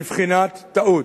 בבחינת טעות.